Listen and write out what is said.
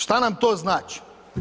Šta nam to znači?